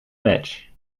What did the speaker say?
match